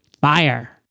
FIRE